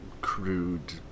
crude